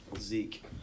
Zeke